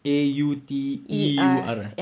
A U T E U R eh